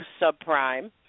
subprime